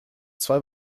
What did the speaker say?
zwei